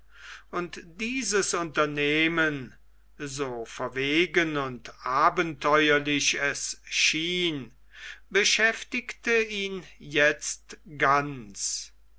und dieses unternehmen so verwegen und abenteuerlich es schien beschäftigte ihn jetzt ganz